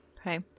Okay